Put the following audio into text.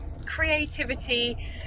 creativity